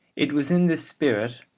it was in this spirit,